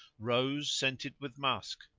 rose scented with musk,